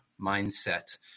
mindset